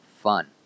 fun